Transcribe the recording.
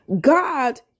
God